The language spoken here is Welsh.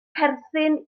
perthyn